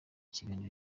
kiganiro